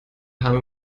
haben